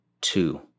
two